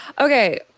okay